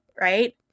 right